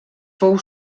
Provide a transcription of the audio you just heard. fou